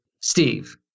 Steve